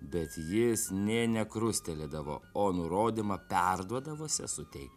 bet jis nė nekrustelėdavo o nurodymą perduodavo sesutei